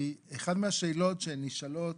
כי אחת מהשאלות שנשאלות